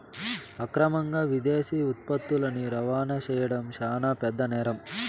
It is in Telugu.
అక్రమంగా విదేశీ ఉత్పత్తులని రవాణా చేయడం శాన పెద్ద నేరం